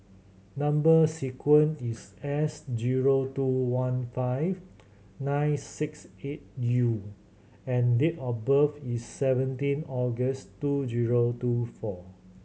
number sequence is S zero two one five nine six eight U and date of birth is seventeen August two zero two four